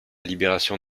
libération